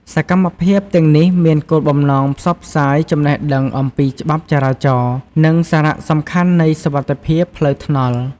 សកម្មភាពទាំងនេះមានគោលបំណងផ្សព្វផ្សាយចំណេះដឹងអំពីច្បាប់ចរាចរណ៍ និងសារៈសំខាន់នៃសុវត្ថិភាពផ្លូវថ្នល់។